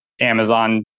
Amazon